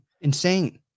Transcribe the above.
insane